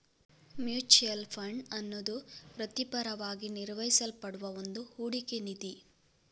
mutual fund ಅನ್ನುದು ವೃತ್ತಿಪರವಾಗಿ ನಿರ್ವಹಿಸಲ್ಪಡುವ ಒಂದು ಹೂಡಿಕೆ ನಿಧಿ